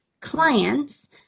clients